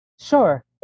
Sure